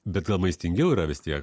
bet gal maistingiau yra vis tie